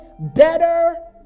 better